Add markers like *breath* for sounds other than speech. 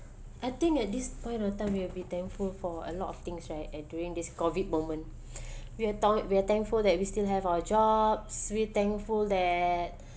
I think at this point of time we'll be thankful for a lot of things right and during this COVID moment *breath* we're thank~ we're thankful that we still have our jobs we thankful that